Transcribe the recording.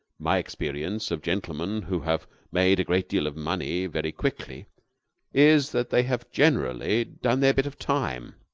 my experience of gentlemen who have made a great deal of money very quickly is that they have generally done their bit of time.